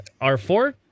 R4